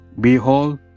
Behold